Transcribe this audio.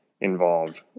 involved